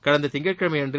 கடந்த திங்கட்கிழமை அன்று